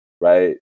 right